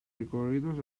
recorridos